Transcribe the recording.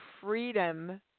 freedom